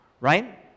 right